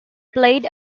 played